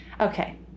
Okay